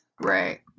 Right